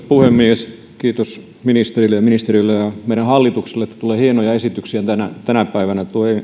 puhemies kiitos ministerille ja ministeriölle ja meidän hallitukselle että tulee hienoja esityksiä tänä tänä päivänä tuo